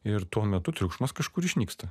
ir tuo metu triukšmas kažkur išnyksta